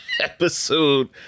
episode